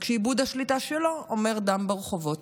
רק שאיבוד השליטה שלו אומר דם ברחובות,